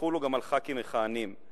יחולו גם על חברי כנסת מכהנים.